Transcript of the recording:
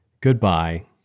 Goodbye